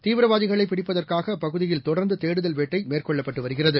தீவிரவாதிகளைபிடிப்பதற்காகஅப்பகுதியில் தொடர்ந்துதேடுதல் வேட்டைமேற்கொள்ளப்பட்டுவருகிறது